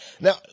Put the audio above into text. Now